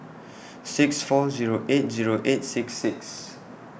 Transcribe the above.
six four Zero eight Zero eight six six